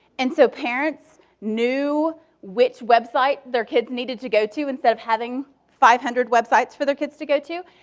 and so parents knew which website their kids needed to go to instead of having five hundred websites for their kids to go to.